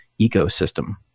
ecosystem